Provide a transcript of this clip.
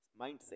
mindset